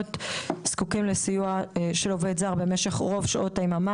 מוגבלויות זקוקים לסיוע של עובד זר במשך רוב שעות היממה,